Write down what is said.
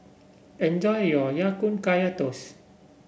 enjoy your Ya Kun Kaya Toast